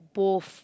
both